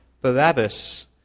Barabbas